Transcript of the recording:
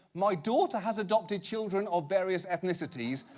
my daughter has adopted children of various ethnicities.